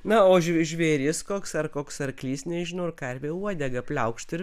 na o žvėris koks ar koks arklys nežinau ar karvė uodega pliaukšt ir